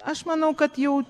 aš manau kad jau